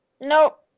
Nope